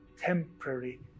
temporary